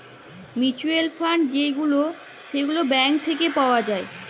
mutual fund যে গুলা থাক্যে ব্যাঙ্ক থাক্যে পাওয়া যায়